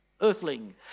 earthling